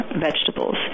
vegetables